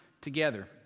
together